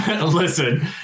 Listen